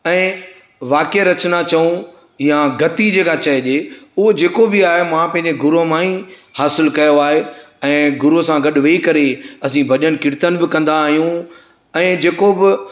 ऐं वाक्य रचना चउं यां गती जेका चएजे उहो जेको बी आहे मां पंहिंजे गुरूअ मां ई हासिलु कयो आहे ऐं गुरूअ सां गॾु वेही करे असीं भॼन कीर्तन बि कंदा आहियूं ऐं जेको बि